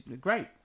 Great